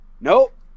Nope